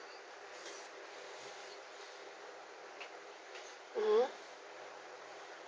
mmhmm